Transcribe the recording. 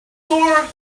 more